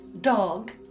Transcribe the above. dog